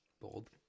Bold